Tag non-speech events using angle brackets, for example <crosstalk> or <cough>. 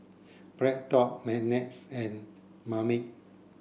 BreadTalk <unintelligible> and Marmite